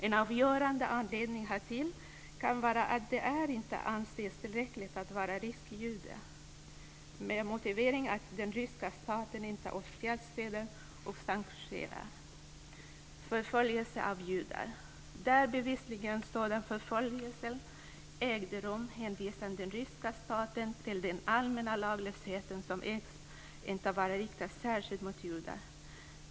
En avgörande anledning härtill kan vara att det inte anses tillräckligt att vara rysk jude, med motiveringen att den ryska staten inte officiellt stöder och sanktionerar förföljelse av judar. Där sådan förföljelse bevisligen ägt rum hänvisar den ryska staten till den allmänna laglösheten som inte sägs vara riktad särskilt mot judar.